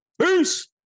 peace